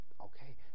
okay